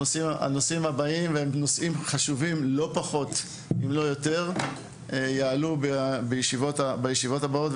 הנושאים הבאים יעלו בישיבות הבאות.